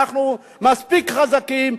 אנחנו מספיק חזקים,